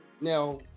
now